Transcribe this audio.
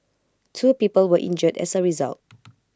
two people were injured as A result